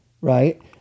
right